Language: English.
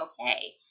okay